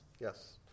yes